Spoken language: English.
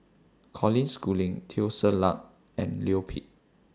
Colin Schooling Teo Ser Luck and Leo Pip